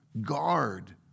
guard